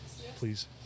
Please